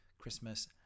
Christmas